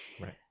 Right